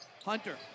Hunter